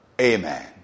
amen